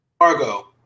Argo